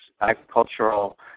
agricultural